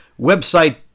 website